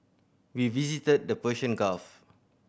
we visited the Persian Gulf